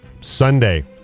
Sunday